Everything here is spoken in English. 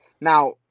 Now